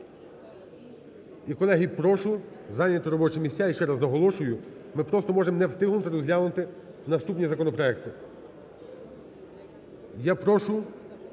І, колеги, прошу зайняти робочі місця. І ще раз наголошую. Ми просто можемо не встигнути розглянути наступні законопроекти. Я прошу